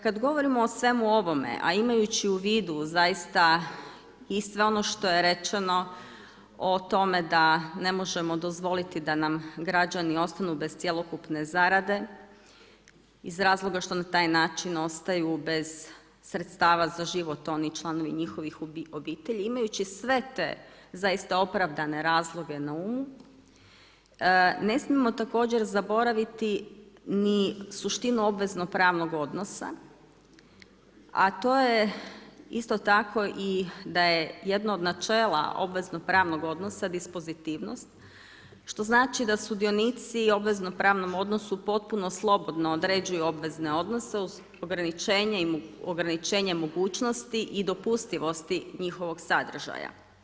Kada govorimo o svemu ovome, a imajući u vidu zaista i sve ono što je rečeno o tome da ne možemo dozvoliti da nam građani ostanu bez cjelokupne zarade iz razloga što na taj način ostaju bez sredstava za život oni i članovi njihovih obitelji, imajući sve te zaista opravdane razloge na umu ne smijemo također zaboraviti ni suštinu obvezno-pravnog odnosa, a to je isto tako da je jedno od načela obvezno-pravnog odnosa dispozitivnost što znači da sudionici u obvezno-pravnom odnosu potpuno slobodno određuju obvezne odnose uz ograničenje mogućnosti i dopustivosti njihovog sadržaja.